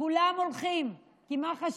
כולם הולכים, כי מה חשוב?